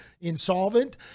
insolvent